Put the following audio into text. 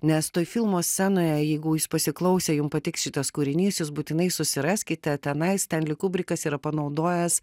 nes toj filmo scenoje jeigu jūs pasiklausę jum patiks šitas kūrinys jūs būtinai susiraskite tenai stenli kubrikas yra panaudojęs